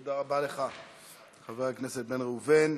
תודה רבה לך, חבר הכנסת בן ראובן.